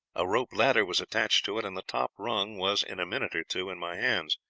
a rope ladder was attached to it, and the top rung was in a minute or two in my hands.